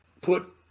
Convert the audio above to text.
put